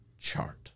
chart